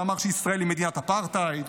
שאמר שישראל היא מדינת אפרטהייד,